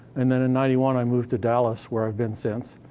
and then, in ninety one, i moved to dallas where i've been since,